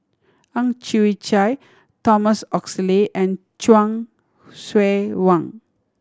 Ang Chwee Chai Thomas Oxley and Chuang Hsueh Fang